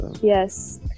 Yes